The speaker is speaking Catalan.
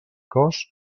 cos